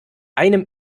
einem